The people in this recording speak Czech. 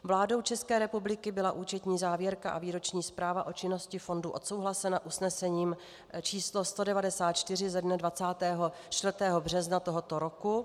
Vládou České republiky byla účetní závěrka a výroční zpráva o činnosti fondu odsouhlasena usnesením č. 194 ze dne 24. března tohoto roku.